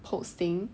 posting